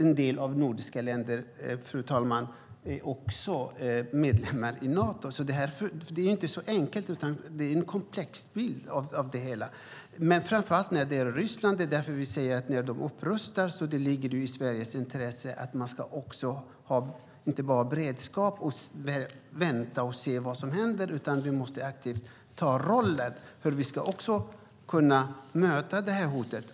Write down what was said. En del av de nordiska länderna är också medlemmar i Nato. Det är inte så enkelt. Bilden är komplex framför allt när det gäller Ryssland. När det upprustar ligger det i Sveriges intresse att inte bara ha beredskap och vänta och se vad som händer. Vi måste aktivt se vår roll och hur vi ska kunna möta det hotet.